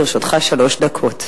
לרשותך שלוש דקות.